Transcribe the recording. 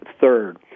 third